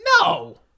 No